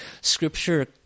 Scripture